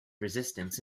resistance